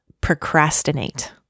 procrastinate